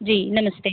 जी नमस्ते